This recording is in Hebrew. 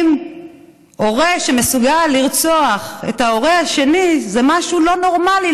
הורה שמסוגל לרצוח את ההורה השני זה משהו לא נורמלי,